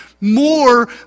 more